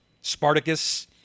Spartacus